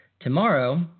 Tomorrow